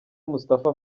moustapha